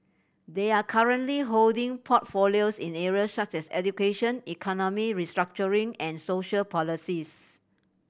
they are currently holding portfolios in area such as education economic restructuring and social policies